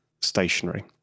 stationary